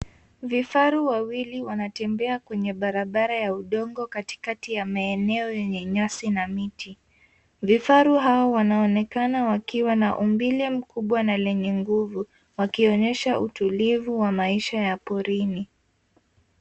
Vifaru wawili wanatembea kwenye barabara ya udongo katikati ya maeneno yenye nyasi na miti. Vifaru hawa wanaonekana wakiwa na umbile mkubwa na lenye nguvu wakionyesha utulivu wa maisha ya porini.